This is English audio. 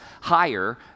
higher